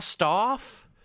Off